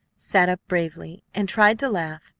sat up bravely, and tried to laugh,